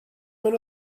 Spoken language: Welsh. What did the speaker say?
mewn